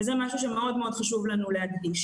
זה משהו שהוא מאוד מאוד חשוב לנו להדגיש.